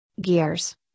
Gears